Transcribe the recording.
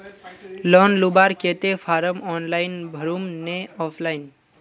Loan लुबार केते form online भरुम ने ऑफलाइन?